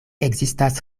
ekzistas